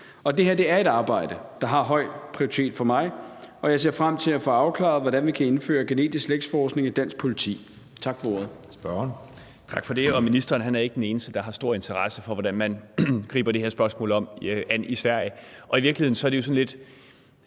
Det her er et arbejde, der har høj prioritet for mig, og jeg ser frem til at få afklaret, hvordan vi kan indføre genetisk slægtsforskning i dansk politi. Tak for ordet.